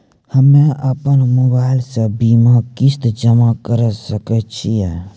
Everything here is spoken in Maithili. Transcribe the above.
हम्मे अपन मोबाइल से बीमा किस्त जमा करें सकय छियै?